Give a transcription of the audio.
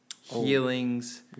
healings